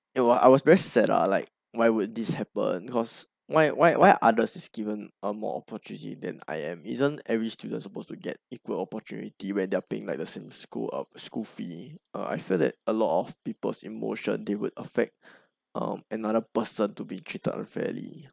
and I was very sad lah like why would this happen cause why why others is given uh more opportunity than I am isn't every student supposed to get equal opportunity when they're paying like the same school uh school fee uh I feel that a lot of people's emotions they would affect um another person to be treated unfairly